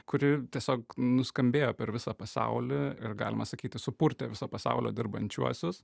kuri tiesiog nuskambėjo per visą pasaulį ir galima sakyti supurtė viso pasaulio dirbančiuosius